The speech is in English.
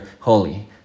holy